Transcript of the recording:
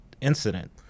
incident